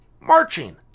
Marching